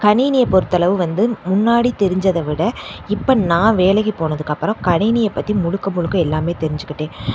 கணினியை பொருத்தளவு வந்து முன்னாடி தெரிஞ்சதை விட இப்போ நான் வேலைக்குப் போனதுக்கப்பறம் கணினியைப் பற்றி முழுக்க முழுக்க எல்லாம் தெரிஞ்சுக்கிட்டேன்